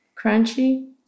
Crunchy